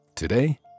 Today